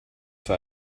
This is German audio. für